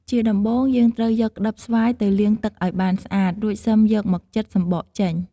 ជាដំបូង យើងត្រូវយកក្តិបស្វាយទៅលាងទឹកឱ្យបានស្អាត រួចសឹមយកមកចិត សំបកចេញ។